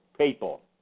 people